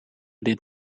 dit